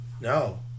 no